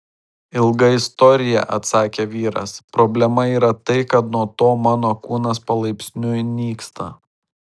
ilga istorija atsakė vyras problema yra tai kad nuo to mano kūnas palaipsniui nyksta